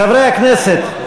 חברי הכנסת,